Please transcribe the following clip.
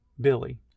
Billy